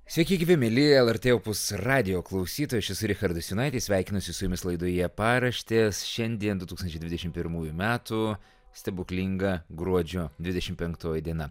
sveiki gyvi mieli lrt opus radijo klausytojai aš esu richardas jonaitis sveikinuosi su jumis laidoje paraštės šiandien du tūkstančiai dvidešim pirmųjų metų stebuklinga gruodžio dvidešim penktoji diena